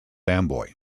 amboy